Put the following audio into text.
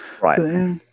Right